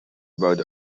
about